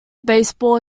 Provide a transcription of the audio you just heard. baseball